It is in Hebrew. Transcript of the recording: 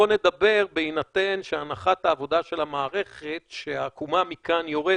בוא נדבר בהינתן שהנחת העבודה של המערכת שהעקומה מכאן יורדת.